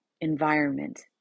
environment